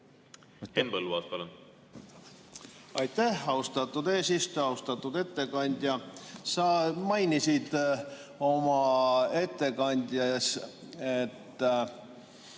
Aitäh, austatud eesistuja! Austatud ettekandja! Sa mainisid oma ettekandes, et